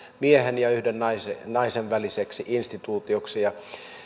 miehen ja yhden naisen naisen väliseksi instituutioksi ja